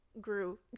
grew